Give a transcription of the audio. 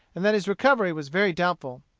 and that his recovery was very doubtful.